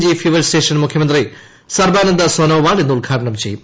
G fuel station മുഖ്യമന്ത്രി സർബാനന്ദ സോനോവാൾ ഇന്ന് ഉദ്ഘാടനം ചെയ്യും